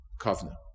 Kavna